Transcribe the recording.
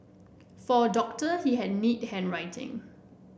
for a doctor he had neat handwriting